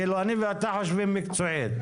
אני ואתה חושבים מקצועית.